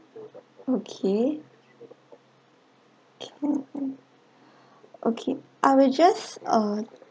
okay okay I will just uh